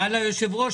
שאל היושב-ראש,